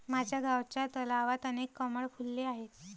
माझ्या गावच्या तलावात अनेक कमळ फुलले आहेत